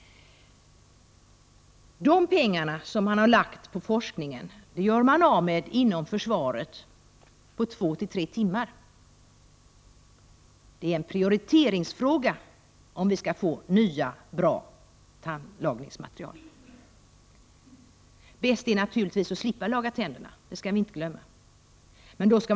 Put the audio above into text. De pengar som man har lagt på forskningen gör man av med inom försvaret på två till tre timmar. Det är en prioriteringsfråga om vi skall få nya, bra tandlagningsmaterial. Vi skall naturligtvis inte glömma att det bästa är att slippa laga tänderna.